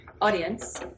audience